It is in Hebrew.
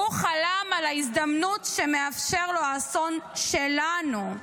הוא חלם על ההזדמנות שמאפשר לו האסון שלנו,